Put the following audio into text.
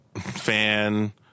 fan